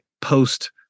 post